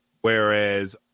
whereas